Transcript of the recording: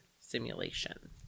simulation